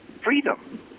freedom